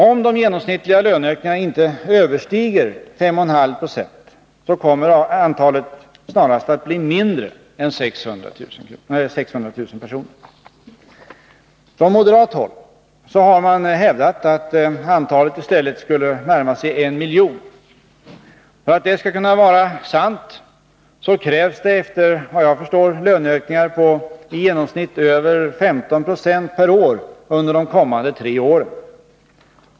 Om de genomsnittliga löneökningarna inte överstiger 5,5 70 kommer antalet snarast att bli mindre än 600 000. Från moderat håll har man hävdat att antalet i stället skulle närma sig 1 miljon. För att det skall kunna vara sant krävs det, såvitt jag förstår, löneökningar på i genomsnitt över 15 96 per år under de kommande 3 åren.